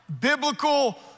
Biblical